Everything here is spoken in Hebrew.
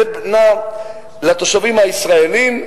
זו בנייה לתושבים הישראלים,